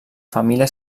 família